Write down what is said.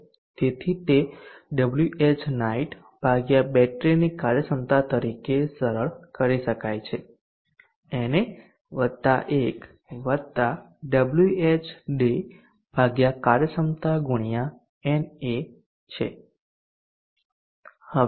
તેથી તે Whnight ભાગ્યા બેટરીની કાર્યક્ષમતા તરીકે સરળ કરી શકાય છે na વત્તા 1 વત્તા Whday ભાગ્યા કાર્યક્ષમતા ગુણ્યા na છે